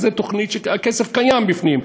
זאת תוכנית שהכסף קיים בפנים,